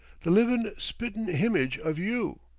the livin' spi't-'n-himage of you.